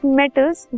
metals